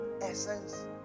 essence